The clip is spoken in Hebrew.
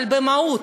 אבל במהות,